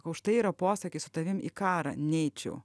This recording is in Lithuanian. už štai yra posakis su tavim į karą neičiau